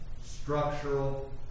structural